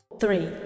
Three